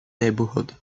neighborhood